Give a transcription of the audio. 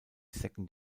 second